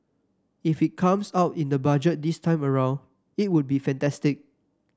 if it comes out in the Budget this time around it would be fantastic